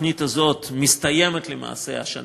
התוכנית הזאת מסתיימת למעשה השנה,